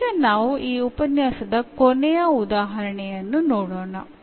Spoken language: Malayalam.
ഇന്നത്തെ ലക്ച്ചറിൽ അവസാനമായി നമുക്ക് ഇതിനുള്ള ഒരു ഉദാഹരണം ചെയ്യാം